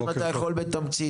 אם אתה יכול בתמצית.